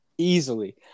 Easily